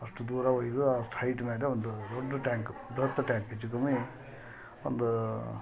ಅಷ್ಟು ದೂರ ಒಯ್ದು ಅಷ್ಟು ಹೈಟ್ ಮೇಲೆ ಒಂದು ದೊಡ್ಡ ಟ್ಯಾಂಕು ದೊಡ್ಡ ಟ್ಯಾಂಕ್ ಹೆಚ್ಚು ಕಮ್ಮಿ ಒಂದು